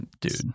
Dude